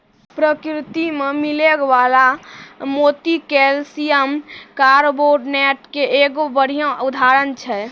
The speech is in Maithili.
परकिरति में मिलै वला मोती कैलसियम कारबोनेट के एगो बढ़िया उदाहरण छै